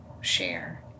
share